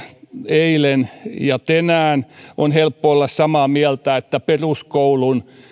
eilen ja tänään on helppo olla samaa mieltä että peruskoulun